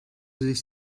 sich